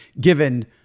given